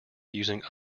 using